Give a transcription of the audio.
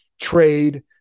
trade